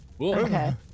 Okay